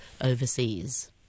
overseas